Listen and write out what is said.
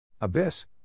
Abyss